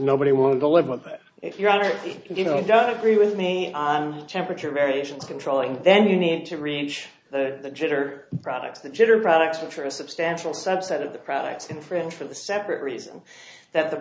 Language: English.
nobody wanted to live with it if you're on it you know i don't agree with me on temperature variations controlling then you need to reach the jitter products that jitter products which are a substantial subset of the products in french for the separate reason that the